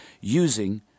using